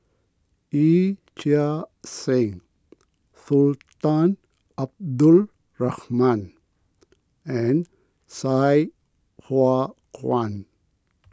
Yee Chia Hsing Sultan Abdul Rahman and Sai Hua Kuan